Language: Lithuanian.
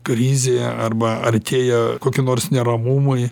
krizė arba artėja kokie nors neramumai